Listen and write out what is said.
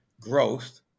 growth